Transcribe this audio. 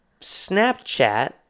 Snapchat